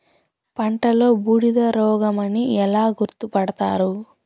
పంటలో బూడిద రోగమని ఎలా గుర్తుపడతారు?